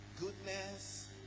goodness